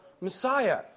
Messiah